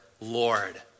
Lord